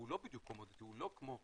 אבל הוא לא בדיוק קומודיטי, הוא לא כמו נפט,